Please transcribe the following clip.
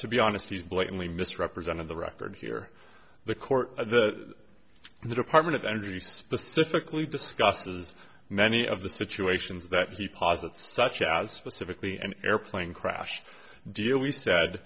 to be honest he's blatantly misrepresenting the record here the court that the department of energy specifically discusses many of the situations that he posits such as specifically an airplane crash deal we said